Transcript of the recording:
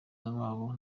babo